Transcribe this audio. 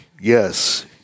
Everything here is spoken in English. Yes